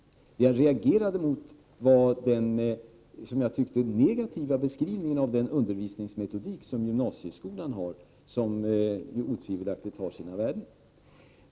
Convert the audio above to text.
Det jag reagerade mot var den, som jag tyckte, negativa beskrivningen av den undervisningsmetodik som gymnasieskolan har och som ju otvivelaktigt har sina värden.